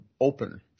open